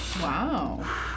Wow